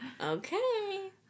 okay